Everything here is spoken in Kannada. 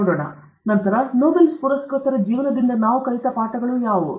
ನಂತರ ನೊಬೆಲ್ ಪುರಸ್ಕೃತರ ಜೀವನದಿಂದ ನಾವು ಕಲಿತ ಪಾಠಗಳು ಯಾವುವು